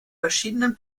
verschiedenen